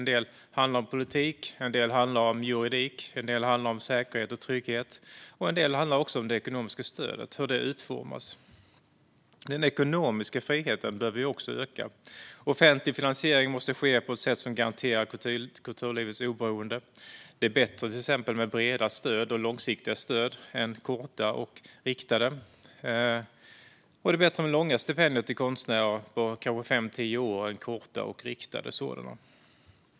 En del handlar om politik, om juridik, om säkerhet och trygghet, och en del handlar också om hur det ekonomiska stödet utformas. Den ekonomiska friheten behöver också öka. Offentlig finansiering måste ske på ett sätt som garanterar kulturlivets oberoende. Det är till exempel bättre med breda och långsiktiga stöd än korta och riktade, och det är bättre med långa stipendier på 5-10 år till konstnärer än korta och riktade sådana.